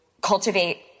cultivate